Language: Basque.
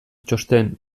txosten